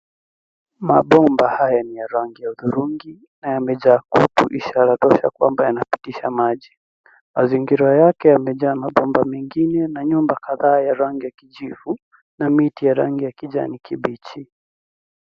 Mabomba haya ni ya rangi ya hudhurungi na yamejaa kutu ishara tosha kwamba yanapitisha maji. Mazingira yake yamejaa mabomba mengine na nyumba kadhaa ya rangi ya kijivu na miti ya rangi ya kijani kibichi.